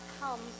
come